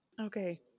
Okay